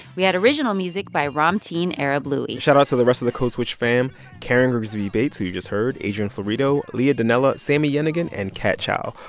we had original music by ramtin arablouei shoutout to the rest of the code switch fam karen grigsby bates, who you just heard, adrian florido, leah donella, sami yenigun and kat chow.